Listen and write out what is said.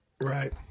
Right